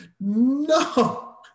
no